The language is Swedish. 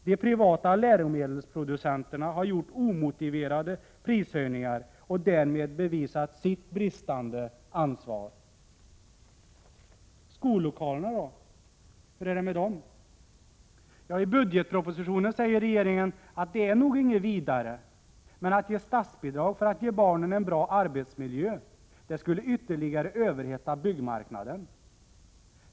De privata läromedelsproducenterna har gjort omotiverade prishöjningar och därmed bevisat sin brist på ansvar. Skollokalerna då, hur är det med dem? I budgetpropositionen säger regeringen att det nog inte är något vidare, men att ge statsbidrag för att ge barnen en bra arbetsmiljö skulle ytterligare överhetta byggmarknaden.